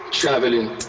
traveling